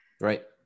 Right